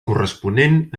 corresponent